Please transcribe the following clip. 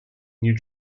new